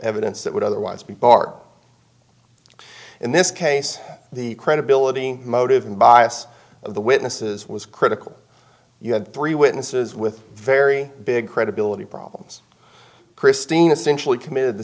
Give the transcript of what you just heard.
evidence that would otherwise be bar in this case the credibility motive and bias of the witnesses was critical you had three witnesses with very big credibility problems christine essentially committed the